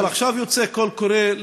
אבל עכשיו יוצא קול קורא,